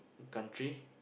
country